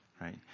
right